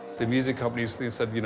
the music companies, they said, you know